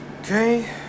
Okay